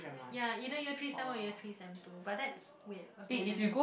ya either year three sem one or year three sem two but that's wait okay